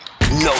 no